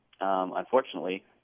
unfortunately